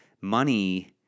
money